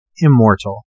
immortal